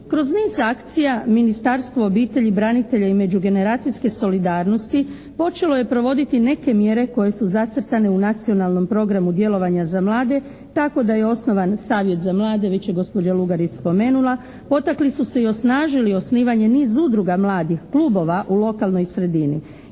Kroz niz akcija Ministarstvo obitelji, branitelja i međugeneracijske solidarnosti počelo je provoditi neke mjere koje su zacrtane u Nacionalnom programu djelovanja za mlade tako da je osnovan Savjet za mlade, već je gospođa Lugarić spomenula, potakli su se i osnažili osnivanje niz udruga mladih, kluba u lokalnoj sredini.